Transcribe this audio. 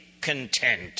content